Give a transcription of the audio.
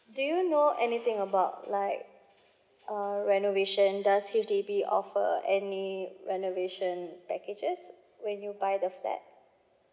do you know anything about like uh renovation does H_D_B offer any renovation packages when you buy the flat